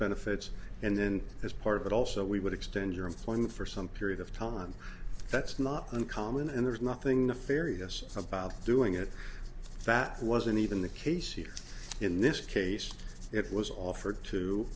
benefits and then as part of that also we would extend your employment for some period of time that's not uncommon and there's nothing nefarious about doing it that wasn't even the case in this case it was offered to